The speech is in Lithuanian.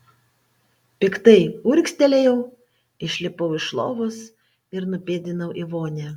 piktai urgztelėjau išlipau iš lovos ir nupėdinau į vonią